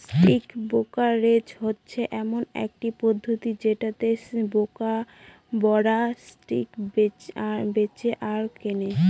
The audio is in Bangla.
স্টক ব্রোকারেজ হচ্ছে এমন একটি পদ্ধতি যেটাতে ব্রোকাররা স্টক বেঁচে আর কেনে